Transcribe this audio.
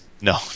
No